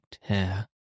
hair